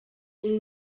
uru